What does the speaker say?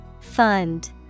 Fund